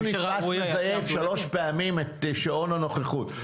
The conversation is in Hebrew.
נתפס שלוש פעמים מזייף את הדיווח בשעון הנוכחות,